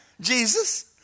Jesus